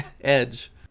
edge